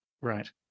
Right